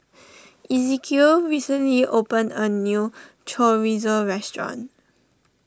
Ezekiel recently opened a new Chorizo restaurant